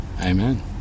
Amen